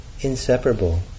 inseparable